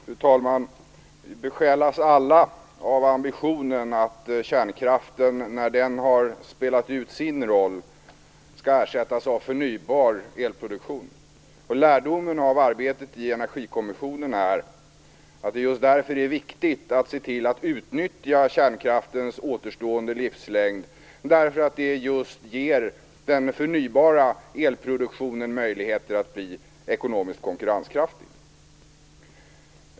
Fru talman! Alla besjälas vi av ambitionen att kärnkraften, när den spelat ut sin roll, skall ersättas av förnybar elproduktion. Lärdomen av arbetet i Energikommissionen är att det just därför är viktigt att se till att kärnkraftens återstående livslängd utnyttjas. Det ger nämligen den förnybara elproduktionen möjligheter att bli ekonomiskt konkurrenskraftig.